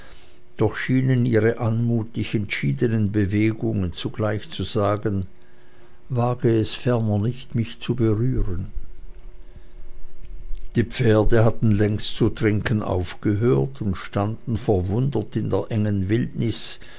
doch schienen ihre anmutig entschiedenen bewegungen zugleich zu sagen wage es ferner nicht mich zu berühren die pferde hatten längst zu trinken aufgehört und standen verwundert in der engen wildnis